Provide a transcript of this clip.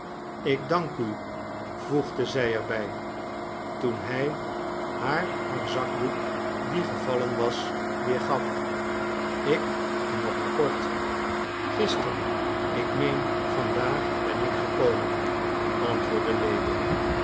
ik dank u voegde zij er bij toen hij haar haar zakdoek die gevallen was weergaf ik nog maar kort gister ik meen van daag ben ik gekomen antwoordde lewin